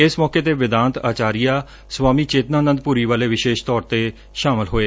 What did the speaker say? issue ਮੌਕੇ ਤੇ Vedant Acharya Swami Chetnanand Bhuriwale ਵਿਸ਼ੇਸ਼ ਤੌਰ ਤੇ ਸ਼ਾਮਲ ਹੋਏ